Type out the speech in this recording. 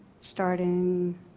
Starting